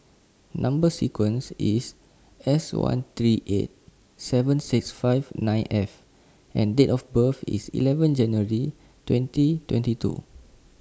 Number sequence IS S one three eight seven six five nine F and Date of birth IS eleven January twenty twenty two